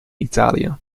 italië